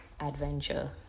adventure